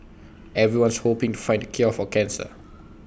everyone's hoping to find the cure for cancer